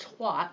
twat